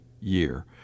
year